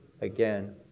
again